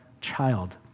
child